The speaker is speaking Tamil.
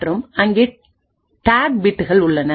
மற்றும் அங்கே டேக் பிட்கள் உள்ளன